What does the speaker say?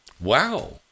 wow